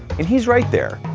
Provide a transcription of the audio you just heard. and he's right there,